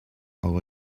our